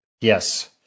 Yes